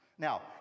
Now